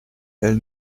elle